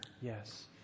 Yes